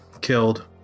killed